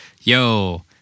yo